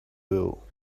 will